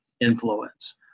influence